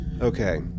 okay